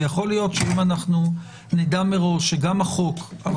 ויכול להיות שאם אנחנו נדע מראש שגם החוק אבל